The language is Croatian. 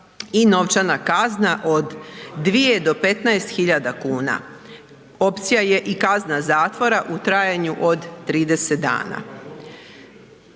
i novčana kazna od 2 do 15 hiljada kuna. Opcija je i kazna zatvoru u trajanju od 30 dana.